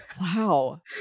wow